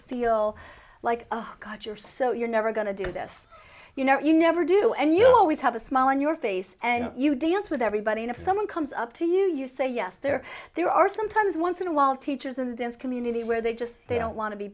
feel like oh god you're so you're never going to do this you know you never do and you always have a smile on your face and you dance with everybody and if someone comes up to you you say yes there there are some times once in a while teachers in the dance community where they just they don't wan